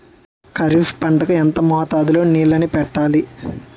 ఖరిఫ్ పంట కు ఎంత మోతాదులో నీళ్ళని పెట్టాలి?